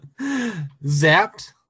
Zapped